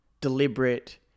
Deliberate